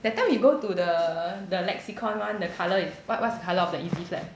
that time you go to the the lexicon one the color is what what's the colour of the easy flap